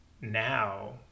now